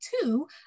two